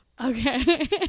Okay